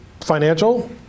financial